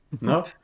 No